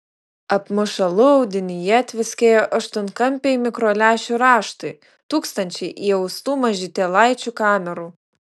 apmušalų audinyje tviskėjo aštuonkampiai mikrolęšių raštai tūkstančiai įaustų mažytėlaičių kamerų